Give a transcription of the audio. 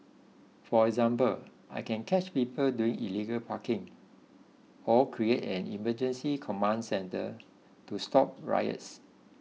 for example I can catch people doing illegal parking or create an emergency command centre to stop riots